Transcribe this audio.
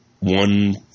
one